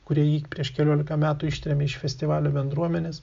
kurie jį prieš keliolika metų ištrėmė iš festivalio bendruomenės